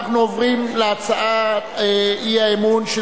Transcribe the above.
עוברים להצעת האי-אמון של